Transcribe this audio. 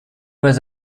was